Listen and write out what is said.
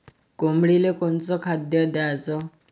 कोंबडीले कोनच खाद्य द्याच?